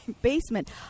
basement